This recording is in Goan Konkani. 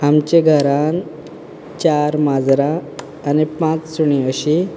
आमचे घरान चार माजरां आनी पांच सुणीं अशीं